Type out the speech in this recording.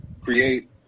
create